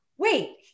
Wait